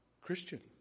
Christian